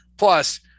Plus